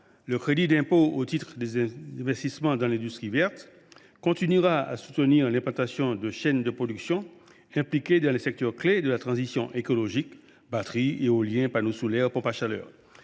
le crédit d’impôt au titre des investissements en faveur de l’industrie verte continuera à soutenir l’implantation de chaînes de production impliquées dans les secteurs clés de la transition écologique : batterie, éolien, panneau solaire, pompe à chaleur.